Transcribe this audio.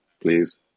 please